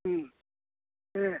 दे